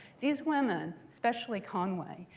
these women especially conway.